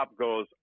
goes